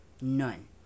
None